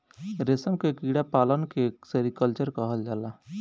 रेशम के कीड़ा पालन के सेरीकल्चर कहल जाला